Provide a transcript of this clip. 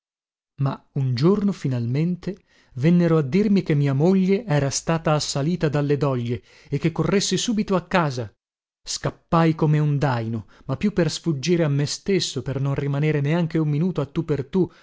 ma un giorno finalmente vennero a dirmi che mia moglie era stata assalita dalle doglie e che corressi subito a casa scappai come un dàino ma più per sfuggire a me stesso per non rimanere neanche un minuto a tu per tu